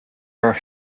are